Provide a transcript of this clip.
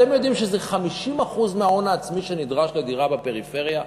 אתם יודעים שזה 50% מההון העצמי שנדרש לדירה בפריפריה,